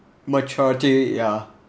maturity ya